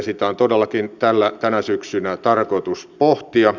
sitä on todellakin tänä syksynä tarkoitus pohtia